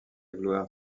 gloire